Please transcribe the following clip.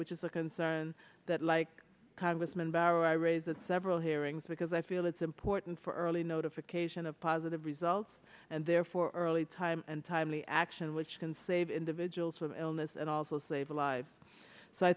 which is a concern that like congressman barr i raise that several hearings because i feel it's important for early notification of positive results and therefore lead time and timely action which can save individuals from illness and also save alive so i